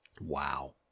Wow